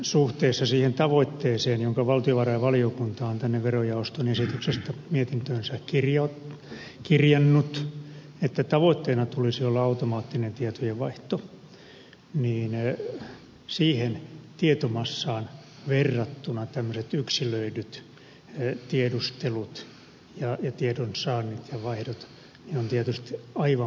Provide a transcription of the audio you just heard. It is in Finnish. suhteessa siihen tavoitteeseen jonka valtiovarainvaliokunta on tänne verojaoston esityksestä mietintöönsä kirjannut että tavoitteena tulisi olla automaattinen tietojenvaihto siihen tietomassaan verrattuna tämmöiset yksilöidyt tiedustelut ja tiedonsaannit ja vaihdot ovat tietysti aivan marginaalisia